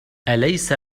أليس